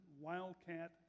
Wildcat